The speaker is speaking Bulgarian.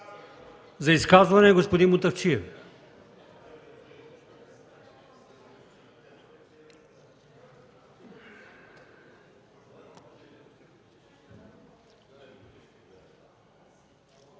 За изказване – господин Мутафчиев.